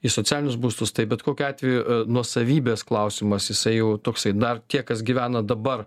į socialinius būstus tai bet kokiu atveju nuosavybės klausimas jisai jau toksai dar tie kas gyvena dabar